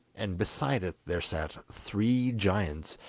and beside it there sat three giants,